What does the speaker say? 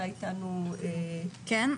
כן.